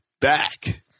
back